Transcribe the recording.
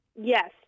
Yes